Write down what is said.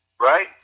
right